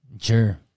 Sure